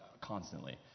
constantly